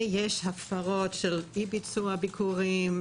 יש הפרות של אי ביצוע ביקורים,